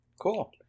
cool